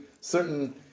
certain